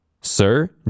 Sir